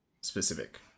specific